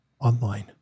online